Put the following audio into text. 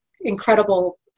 incredible